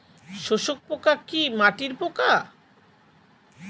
শোষক পোকা কি মাটির পোকা?